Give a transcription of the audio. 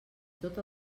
tot